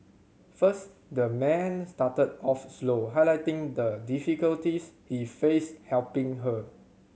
first the man started off slow highlighting the difficulties he faced helping her